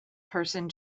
person